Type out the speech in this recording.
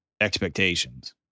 expectations